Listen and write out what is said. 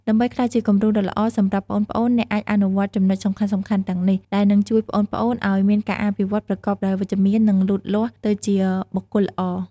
ដើម្បីក្លាយជាគំរូដ៏ល្អសម្រាប់ប្អូនៗ អ្នកអាចអនុវត្តចំណុចសំខាន់ៗទាំងនេះ ដែលនឹងជួយប្អូនៗឱ្យមានការអភិវឌ្ឍប្រកបដោយវិជ្ជមាន និងលូតលាស់ទៅជាបុគ្គលល្អ ។